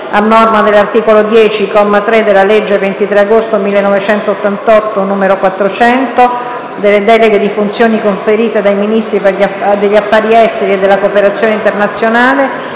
a norma dell’articolo 10, comma 3, della legge del 23 agosto 1988, n. 400, delle deleghe di funzioni conferite dai Ministri degli affari esteri e della cooperazione internazionale,